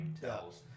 tells